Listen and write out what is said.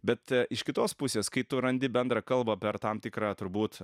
bet iš kitos pusės kai tu randi bendrą kalbą per tam tikrą turbūt